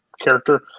character